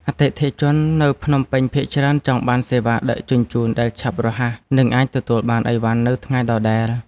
អតិថិជននៅភ្នំពេញភាគច្រើនចង់បានសេវាដឹកជញ្ជូនដែលឆាប់រហ័ស និងអាចទទួលបានអីវ៉ាន់នៅថ្ងៃដដែល។